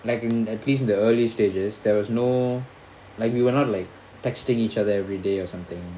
like in the case the early stages there was no like we were not like texting each other everyday or something